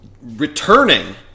Returning